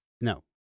No